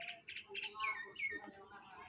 ব